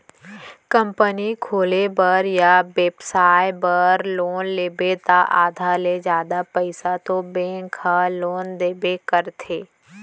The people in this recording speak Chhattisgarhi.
कंपनी खोले बर या बेपसाय बर लोन लेबे त आधा ले जादा पइसा तो बेंक ह लोन देबे करथे